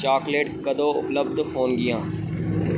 chocolate ਕਦੋਂ ਉਪਲੱਬਧ ਹੋਣਗੀਆਂ